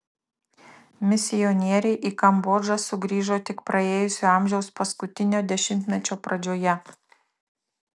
misionieriai į kambodžą sugrįžo tik praėjusio amžiaus paskutinio dešimtmečio pradžioje